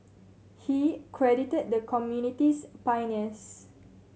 he credited the community's pioneers